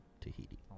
Tahiti